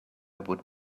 would